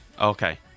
okay